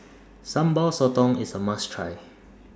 Sambal Sotong IS A must Try